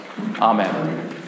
Amen